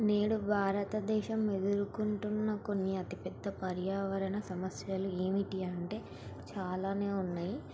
నేడు భారత దేశం ఎదుర్కొంటున్న కొన్ని అతి పెద్ద పర్యావరణ సమస్యలు ఏమిటి అంటే చాలానే ఉన్నాయి